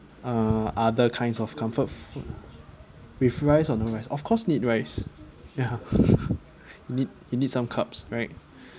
uh other kinds of comfort food with rice or no rice of course need rice ya need you need some carbs right